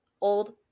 Old